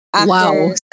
Wow